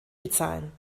bezahlen